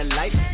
life